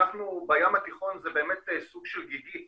אנחנו בים התיכון זה סוג של גיגית,